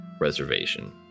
reservation